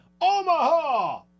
Omaha